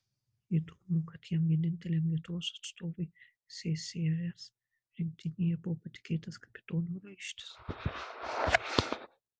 įdomu kad jam vieninteliam lietuvos atstovui ssrs rinktinėje buvo patikėtas kapitono raištis